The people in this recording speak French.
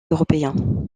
européens